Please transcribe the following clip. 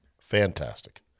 Fantastic